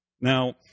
Now